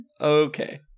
Okay